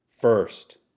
first